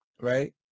right